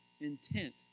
intent